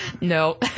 No